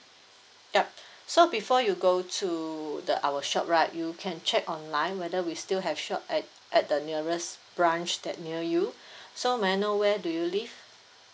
yup so before you go to the our shop right you can check online whether we still have shop at at the nearest branch that near you so may I know where do you live